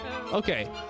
Okay